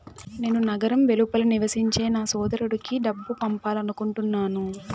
నేను నగరం వెలుపల నివసించే నా సోదరుడికి డబ్బు పంపాలనుకుంటున్నాను